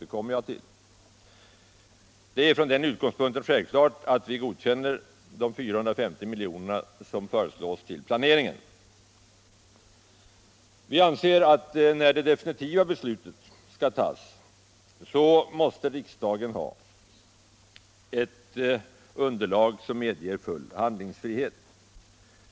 Det är emellertid från den utgångspunkten självklart att vi godkänner de 450 miljoner som föreslås till planeringen. Vi anser att riksdagen när det definitiva beslutet skall tas måste ha ett underlag som medger full handlingsfrihet.